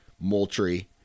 moultrie